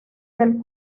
del